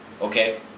Okay